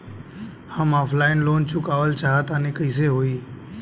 हम offline loan चुकावल चाहऽ तनि कइसे होई?